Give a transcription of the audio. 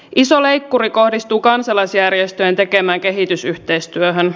iso leikkuri kohdistuu kansalaisjärjestöjen tekemään kehitysyhteistyöhön